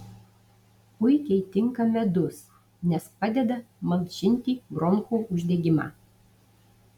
puikiai tinka medus nes padeda malšinti bronchų uždegimą